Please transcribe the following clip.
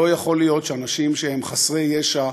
לא יכול להיות שאנשים שהם חסרי ישע,